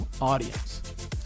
audience